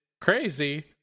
crazy